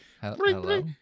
Hello